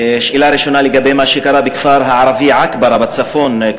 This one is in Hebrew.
שאלה ראשונה לגבי מה שקרה בכפר הערבי עכברה בצפון,